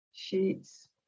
sheets